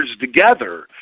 together